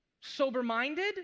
sober-minded